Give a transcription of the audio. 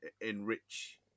enrich